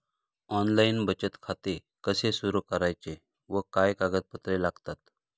Online बचत खाते कसे सुरू करायचे व काय कागदपत्रे लागतात?